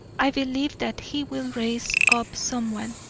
i believe that he will raise up someone.